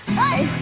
hi!